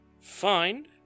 Find